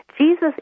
Jesus